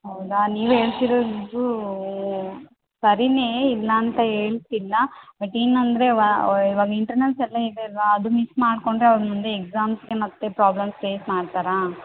ಹೌದಾ ನೀವು ಹೇಳ್ತಿರೋದು ಸರಿನೇ ಇಲ್ಲ ಅಂತ ಹೇಳ್ತಿಲ್ಲ ಬಟ್ ಏನು ಅಂದರೆ ಅವು ಇವಾಗ ಇಂಟರ್ನಲ್ಸೆಲ್ಲ ಇದೆ ಅಲ್ಲವಾ ಅದು ಮಿಸ್ ಮಾಡಿಕೊಂಡ್ರೆ ಅವ್ರು ಮುಂದೆ ಎಕ್ಸಾಮ್ಸ್ಗೆ ಮತ್ತೆ ಪ್ರಾಬ್ಲಮ್ಸ್ ಫೇಸ್ ಮಾಡ್ತಾರಾ